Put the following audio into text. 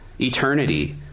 eternity